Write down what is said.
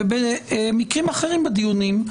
ובמקרים אחרים בדיונים,